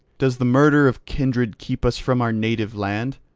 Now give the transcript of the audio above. does the murder of kindred keep us from our native land?